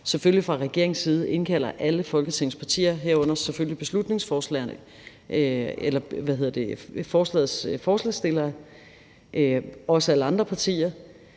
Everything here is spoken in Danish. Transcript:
selvfølgelig fra regeringens side indkalder alle Folketingets partier, herunder selvfølgelig beslutningsforslagsstillerne, og at vi fra